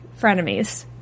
frenemies